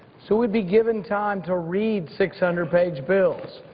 so we'd be given time to read six hundred page bills.